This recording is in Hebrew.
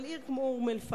אבל עיר כמו אום-אל-פחם,